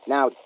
Now